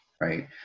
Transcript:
right